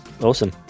Awesome